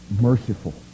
merciful